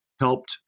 helped